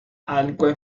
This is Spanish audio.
aunque